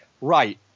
right